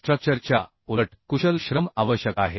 structure च्या उलट कुशल श्रम आवश्यक आहे